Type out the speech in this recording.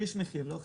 שליש מחיר, לא חצי.